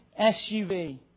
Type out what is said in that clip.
SUV